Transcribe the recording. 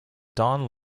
don